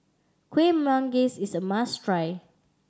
Kuih Manggis is a must try